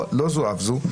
לא זו אף זו,